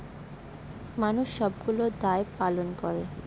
মানুষ সবগুলো দায় পালন করে